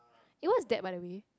eh what is that by the way